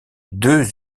deux